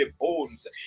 bones